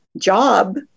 job